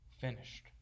finished